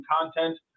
content